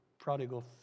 prodigal